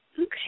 Okay